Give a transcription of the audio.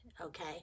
okay